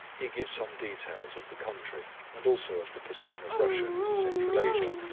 he gives some details of the country, and also of the position of russia in central asia,